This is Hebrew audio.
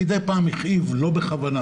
מידי פעם הכאיב לא בכוונה,